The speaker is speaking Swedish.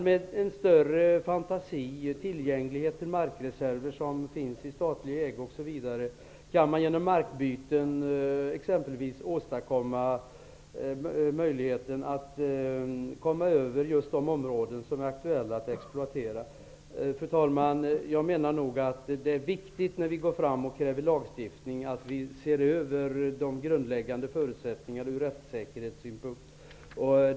Med en större fantasi och med tillgänglighet till de markreserver som finns i statlig ägo kan man genom t.ex. markbyten komma över de områden som är aktuella att exploatera. Fru talman! När vi kräver lagstiftning är det viktigt att vi ser över de grundläggande förutsättningarna ur rättssäkerhetssynpunkt.